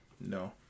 No